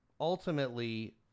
ultimately